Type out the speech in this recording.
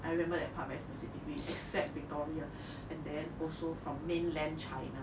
I remember that part very specifically except victoria and then also from mainland china